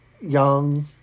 young